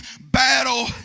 battle